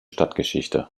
stadtgeschichte